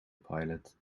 pilot